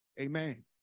Amen